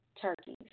turkeys